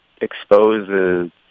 exposes